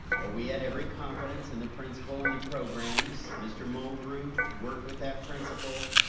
well, we had every confidence in the principal and the programs. mr. mulgrew worked with that principal.